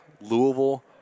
Louisville